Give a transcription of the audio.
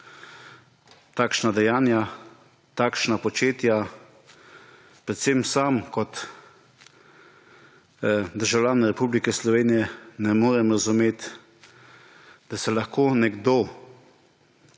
takšna dejanja, takšna početja, predvsem sam, kot državljan Republike Slovenije, ne morem razumet, da se lahko nekdo